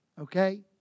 Okay